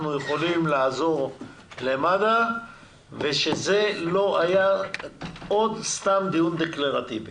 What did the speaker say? יכולים לעזור למד"א ושזה לא יהיה עוד סתם דיון דקלרטיבי.